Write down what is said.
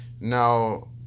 Now